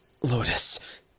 Lotus